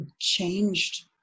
changed